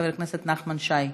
חבר הכנסת נחמן שי,